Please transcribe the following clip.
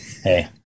Hey